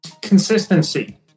consistency